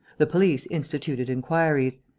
the police instituted inquiries.